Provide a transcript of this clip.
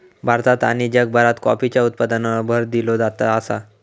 भारतात आणि जगभरात कॉफीच्या उत्पादनावर भर दिलो जात आसा